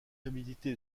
fiabilité